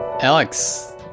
Alex